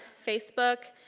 facebook.